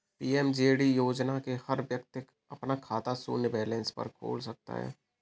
PMJD योजना से हर व्यक्ति अपना खाता शून्य बैलेंस पर खोल सकता है